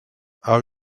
are